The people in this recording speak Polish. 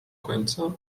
końca